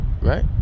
right